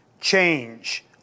change